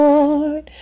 Lord